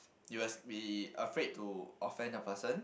it was be afraid to offence a person